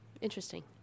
interesting